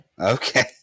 Okay